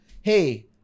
Hey